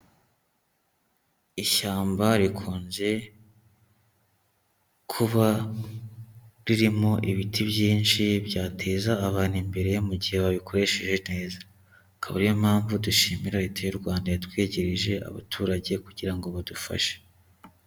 Ishyamba rikunze kuba ririmo ibiti byinshi byateza abantu imbere mu gihe babikoresheje neza. Akaba ariyo mpamvu dushimira leta y'u Rwanda yatwegereje abaturage kugira ngo badufashe.